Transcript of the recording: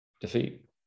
defeat